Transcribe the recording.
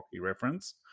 reference